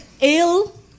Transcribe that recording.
ill